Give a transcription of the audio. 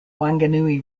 wanganui